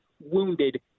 wounded